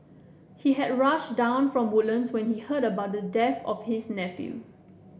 he had rushed down from Woodlands when he heard about the death of his nephew